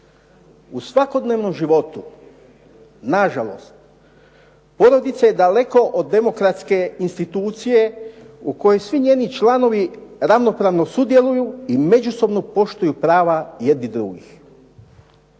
U svakodnevnom životu na žalost porodica je daleko od demokratske institucije u kojoj svi njeni članovi ravnopravno sudjeluju i međusobno poštuju prava jedni drugih.